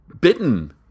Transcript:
bitten